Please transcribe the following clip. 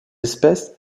espèce